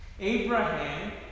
Abraham